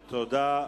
תודה.